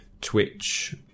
twitch